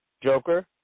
Joker